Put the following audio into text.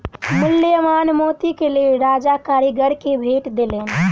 मूल्यवान मोतीक लेल राजा कारीगर के भेट देलैन